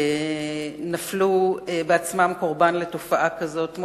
נפלו בעצמם קורבן לתופעה כזאת.